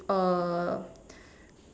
a